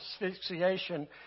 asphyxiation